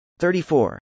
34